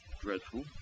dreadful